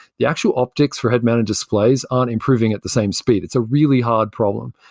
the actual optics for head-mounted displays aren't improving at the same speed. it's a really hard problem.